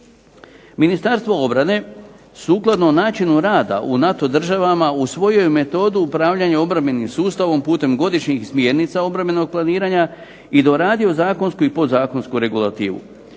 Ministarstvo obrane sukladno načinu rada u NATO državama usvojio je metodu upravljanja obrambenim sustavom putem godišnjih smjernica obrambenog planiranja i doradio zakonsku i podzakonsku regulativu.